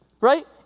Right